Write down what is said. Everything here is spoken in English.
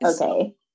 Okay